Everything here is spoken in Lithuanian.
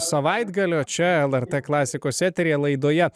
savaitgalio čia lrt klasikos eteryje laidoje